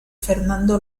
fernando